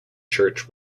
church